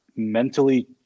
mentally